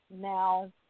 Now